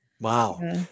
Wow